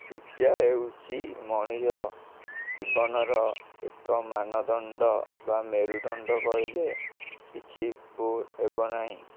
ଶିକ୍ଷା ହେଉଛି ମଣିଷ ଜୀବନର ଏକ ମାନଦଣ୍ଡ ବା ମେରୁଦଣ୍ଡ କହିଲେ କିଛି ଭୁଲ ହେବନାହିଁ